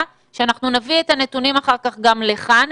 שאנחנו נביא את הנתונים אחר כך גם לכאן,